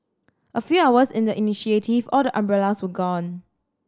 a few hours in the initiative all the umbrellas were gone